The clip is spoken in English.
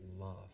love